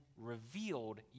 revealed